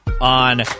on